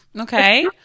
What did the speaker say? Okay